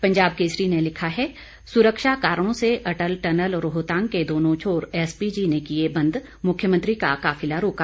पंजाब केसरी ने लिखा है सुरक्षा कारणों से अटल टनल रोहतांग के दोनों छोर एसपीजी ने किए बंद मुख्यमंत्री का काफिला रोका